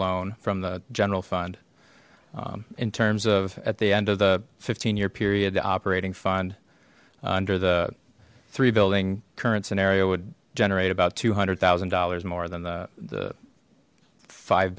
loan from the general fund in terms of at the end of the fifteen year period operating fund under the three building current scenario would generate about two hundred thousand dollars more than the the five